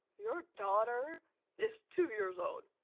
you're daughter is two years old,